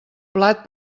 plat